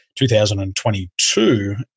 2022